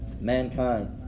mankind